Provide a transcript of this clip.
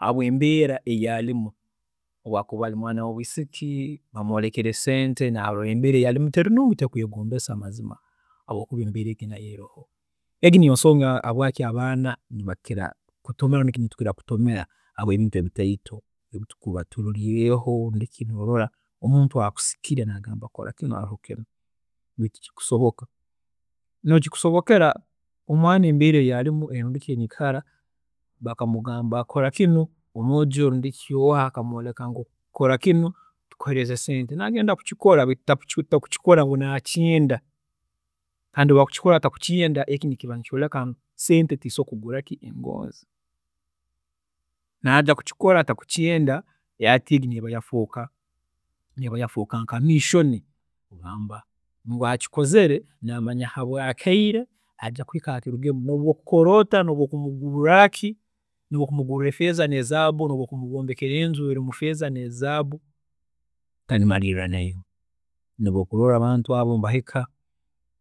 ﻿Habweembeera eyi arimu, obu akuba ari mwaana w'obwiisiki amwoorekere sente narola embeera eyi arumu teri nungi tekwegombesa mazima habwokuba embeera egi nayo eroho, egi niyo nsonga habwaaki abaana nibakira kutomera habwebintu obutaito ebi tukuba turoliireho eki norola omuntu akusikira nagamba kora kinu nna kiri baitu tikikusoboka, mbere kikusobokera omwaana embeera eyi arumu rundi ki enyikara bakamugamba ngu kora kinu omwojo rundi ki oha akamworeka ngu kora kinu tukuheereze sente, nagenda kukikora baitu takukikora takukikora ngu nakyenda kandi obu arakikora atakukyenda eki nikyoreka ngu sente tizisobola kugura engoonzi, yamara kukikora atakukyenda hati neeba yafwoka, eba yafwooka nka mission kugamba ngu akikozire namanya habwaakaire naija kuhikya akaire akirugemu noobu okukora ota, nobu okumuguurraki nobu okumuguurra feeza n'ezaabu, nobu okumwombekera enju erumu feeza n'ezaabu tarimaliirra naiwe, niho okuloorra abantu nibahika